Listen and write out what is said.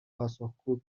پاسخگو